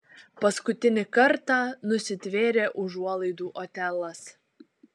paskutinį kartą nusitvėrė užuolaidų otelas